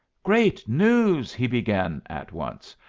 great news! he began at once.